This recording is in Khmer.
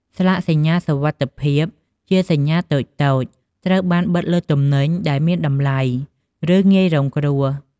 ស្លាកសញ្ញាសុវត្ថិភាពជាសញ្ញាតូចៗត្រូវបានបិទលើទំនិញដែលមានតម្លៃ ឬងាយរងគ្រោះ។